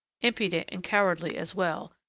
impudent and cowardly as well,